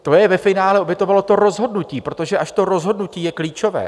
To je ve finále obětovalo to rozhodnutí, protože až to rozhodnutí je klíčové.